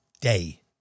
day